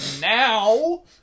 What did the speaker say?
now